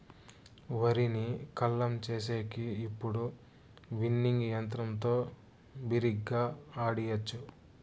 వరిని కల్లం చేసేకి ఇప్పుడు విన్నింగ్ యంత్రంతో బిరిగ్గా ఆడియచ్చు